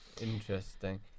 interesting